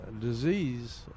disease